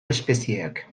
espezieak